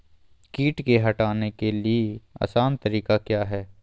किट की हटाने के ली आसान तरीका क्या है?